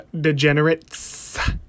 Degenerates